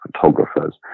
photographers